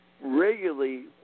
regularly